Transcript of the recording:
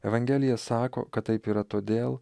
evangelija sako kad taip yra todėl